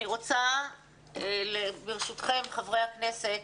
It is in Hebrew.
אני רוצה ברשותכם חברי הכנסת,